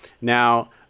Now